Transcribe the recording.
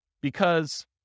Because-